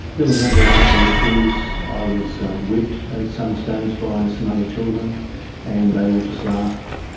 they were a number of other issues. i was whipped at some stage by some other children and they all just laughed.